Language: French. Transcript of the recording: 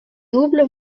double